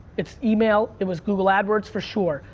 it's email, it was google adwords for sure,